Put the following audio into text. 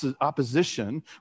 opposition